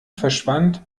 verschwand